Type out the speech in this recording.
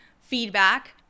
feedback